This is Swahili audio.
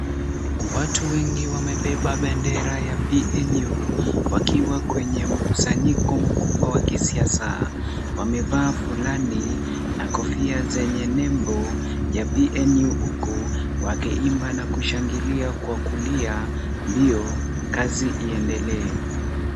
Watu wengi wamebeba bendera ya PNU wakiwa kwenye mkusanyiko mkubwa wa kisiasa. Wamevaa fulana na kofia zenye nembo ya PNU, huku wakiimba na kushangilia kwa kulia ndio kazi iendelee.